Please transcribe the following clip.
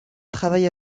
travaille